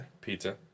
Pizza